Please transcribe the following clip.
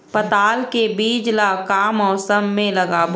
पताल के बीज ला का मौसम मे लगाबो?